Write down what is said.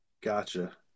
gotcha